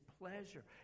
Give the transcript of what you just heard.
pleasure